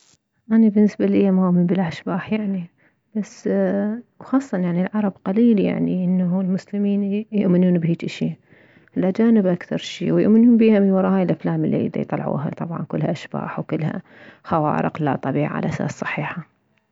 اني بالنسبة اليه ما اؤمن بالاشباح يعني بس وخاصة يعني العرب قليل انه المسلمين يؤمنون بهيج شي الاجانب اكثر شي ويؤمنون بيها من ورة هاي الافلام الي ديطلعوها طبعا كلها اشباح وكلها خوارق اللاطبيعة علساس صحيحة